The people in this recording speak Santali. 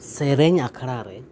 ᱥᱮᱨᱮᱧ ᱟᱠᱷᱲᱟ ᱨᱮ